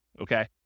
okay